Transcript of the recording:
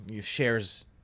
shares